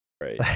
Right